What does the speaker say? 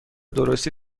درستی